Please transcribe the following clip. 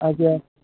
ଆଜ୍ଞା